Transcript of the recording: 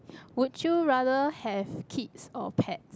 would you rather have kids or pet